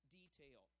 detail